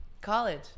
college